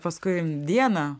paskui dieną